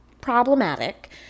problematic